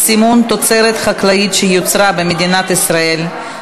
סימון תוצרת חקלאית שיוצרה במדינת ישראל),